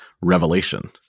revelation